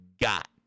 got